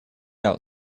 out